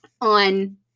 on